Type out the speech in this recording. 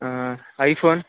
iphone